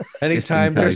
Anytime